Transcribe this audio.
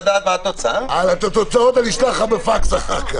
את התוצאות אשלח לך אחר כך בפקס.